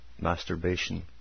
masturbation